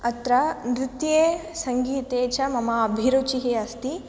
अत्र नृत्ये सङ्गीते च मम अभिरुचिः अस्ति